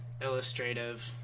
illustrative